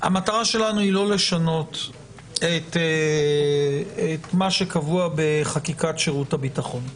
המטרה שלנו היא לא לשנות את מה שקבוע בחקיקת שירות הביטחון.